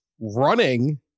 running